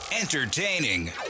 Entertaining